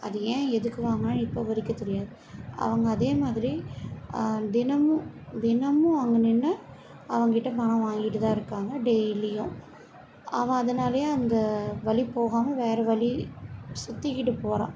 அது ஏன் எதுக்கு வாங்குனாங்கனு இப்போ வரைக்கும் தெரியாது அவங்க அதே மாதிரி தினமும் தினமும் அங்கே நின்று அவன்கிட்ட பணம் வாங்கிட்டு தான் இருக்காங்க டெய்லியும் அவ அதனாலயே அந்த வழி போகாமல் வேறு வழி சுற்றிக்கிட்டு போகறான்